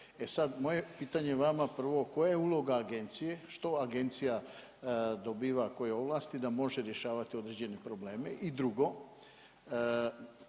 moje pitanje vama prvo koja je uloga agencije, što agencija dobiva koje ovlasti da može rješavati određene probleme. I drugo,